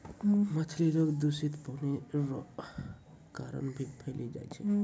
मछली रोग दूषित पानी रो कारण भी फैली जाय छै